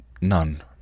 None